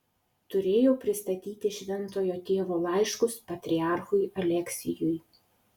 turėjau pristatyti šventojo tėvo laiškus patriarchui aleksijui